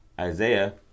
Isaiah